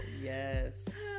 Yes